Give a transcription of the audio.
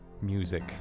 music